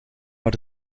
maar